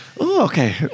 okay